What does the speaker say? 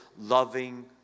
Loving